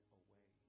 away